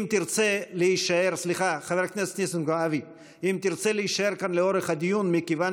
אם תרצה להישאר כאן לאורך הדיון מכיוון